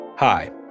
Hi